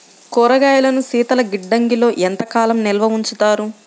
కూరగాయలను శీతలగిడ్డంగిలో ఎంత కాలం నిల్వ ఉంచుతారు?